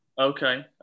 okay